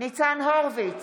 ניצן הורוביץ,